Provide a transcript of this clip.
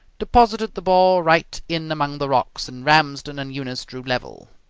deposited the ball right in among the rocks, and ramsden and eunice drew level.